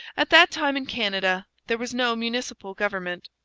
at that time in canada there was no municipal government.